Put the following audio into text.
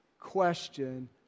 question